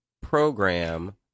Program